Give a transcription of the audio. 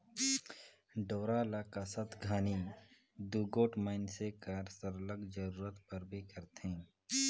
डोरा ल कसत घनी दूगोट मइनसे कर सरलग जरूरत परबे करथे